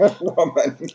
woman